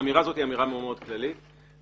האמירה הזאת היא אמירה מאוד מאוד כללית ויכול